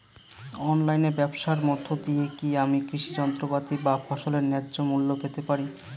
অনলাইনে ব্যাবসার মধ্য দিয়ে কী আমি কৃষি যন্ত্রপাতি বা ফসলের ন্যায্য মূল্য পেতে পারি?